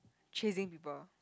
chasing people